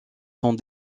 sont